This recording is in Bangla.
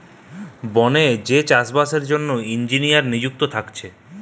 বনে যেই চাষ বাসের লিগে ইঞ্জিনীররা নিযুক্ত থাকতিছে